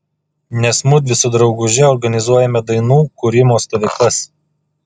nes mudvi su drauguže organizuojame dainų kūrimo stovyklas